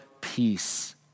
peace